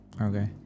okay